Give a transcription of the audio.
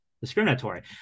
discriminatory